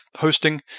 hosting